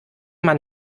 man